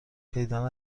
پیدا